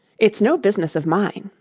it's no business of mine